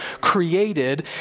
created